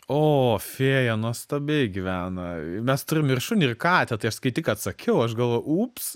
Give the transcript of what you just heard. o fėja nuostabiai gyvena mes turim ir šunį ir katę tai aš skaityk atsakiau aš galvojau ups